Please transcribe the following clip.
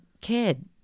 kid